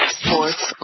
sports